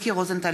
מיקי רוזנטל,